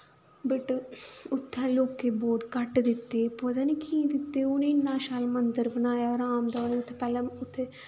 but उत्थें लोकें vote घट्ट दित्ते पता नि की दित्ते उ'नें इन्ना शैल मन्दर बनाया राम दा ते उत्थें पैह्लें उत्थें